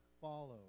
follow